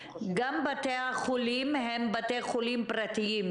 אנחנו חושבים שזה --- גם בתי החולים הם בתי חולים פרטיים,